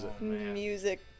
music